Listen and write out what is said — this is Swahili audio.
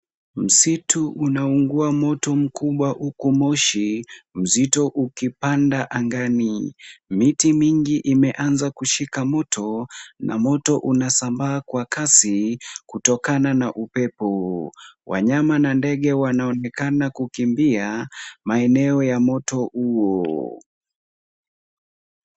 Msitu unaungua moto mkubwa huku moshi mzito ukipanda angani. Miti mingi imeanza kushika moto na moto unasambaa kwa kasi kutokana na upepo. Wanyama na ndege wanaonekana kukimbia maeneo ya moto huo.